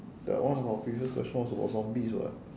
that one of our previous questions was about zombies what